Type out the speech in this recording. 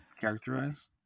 Characterize